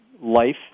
life